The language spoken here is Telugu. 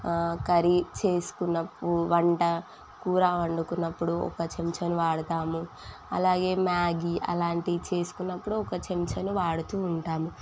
కర్రీ చేసుకున్నప్పుడు వంట కూర వండుకున్నప్పుడు ఒక చెంచాను వాడతాము అలాగే మ్యాగీ అలాంటివి చేసుకున్నప్పుడు ఒక చెంచాను వాడుతూ ఉంటాము